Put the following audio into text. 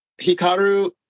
Hikaru